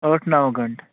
ٲٹھ نَو گنٛٹہٕ